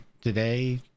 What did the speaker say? today